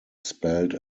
spelled